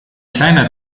kleiner